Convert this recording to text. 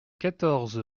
quatorze